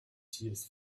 tears